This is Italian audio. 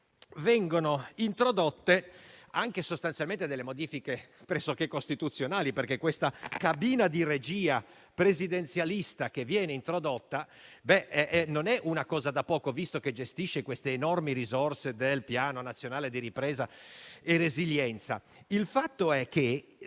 vengono introdotte, anche modifiche pressoché costituzionali, perché la cabina di regia presidenzialista che viene delineata non è una cosa da poco, visto che gestisce le enormi risorse del Piano nazionale di ripresa e resilienza. Il fatto è che,